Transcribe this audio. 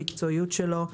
המקצועיות שלו,